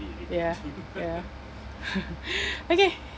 ya ya okay